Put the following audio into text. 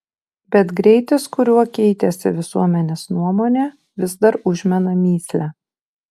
bet greitis kuriuo keitėsi visuomenės nuomonė vis dar užmena mįslę